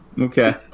Okay